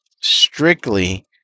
strictly